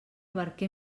barquer